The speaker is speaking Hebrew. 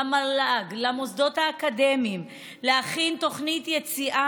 למל"ג ולמוסדות האקדמיים להכין תוכנית יציאה